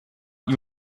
ihm